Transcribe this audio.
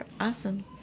Awesome